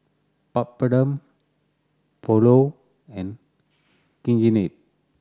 Papadum Pulao and Chigenabe